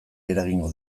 eragingo